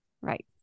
Right